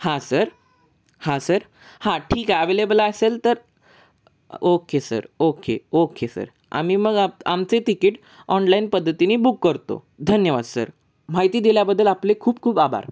हां सर हां सर हां ठीक आहे अवेलेबल असेल तर okay sir okay okay sir आम्ही मग आप आमचे तिकीट ऑनलाईन पद्धतीने बुक करतो धन्यवाद सर माहिती दिल्याबद्दल आपले खूप खूप आभार